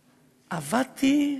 עבדתי,